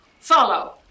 Follow